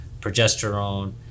progesterone